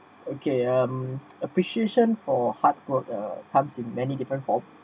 okay um appreciation for hard work uh hubs in many different forms